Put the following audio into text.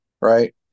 right